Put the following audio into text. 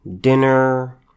dinner